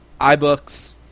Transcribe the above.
iBooks